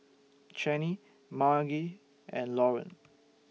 Chanie Margie and Lauren